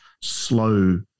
slow